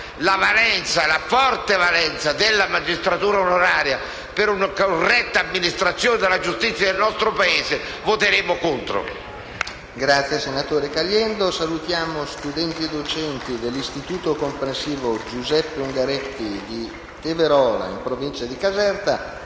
la forte valenza della magistratura onoraria per una corretta amministrazione della giustizia nel nostro Paese, voteremo contro.